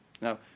Now